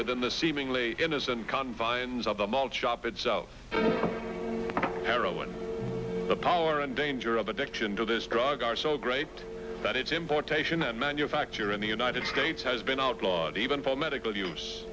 within the seemingly innocent confines of the malt shop itself heroin the power and danger of addiction to this drug are so great that its importation and manufacture in the united states has been outlawed even for medical use